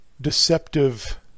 deceptive